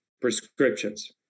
prescriptions